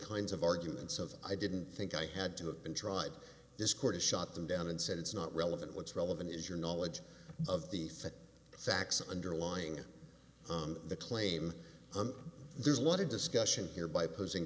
kinds of arguments of i didn't think i had to have been tried this court shot them down and said it's not relevant what's relevant is your knowledge of the thread the facts underlying the claim there's a lot of discussion here by posing